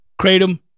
Kratom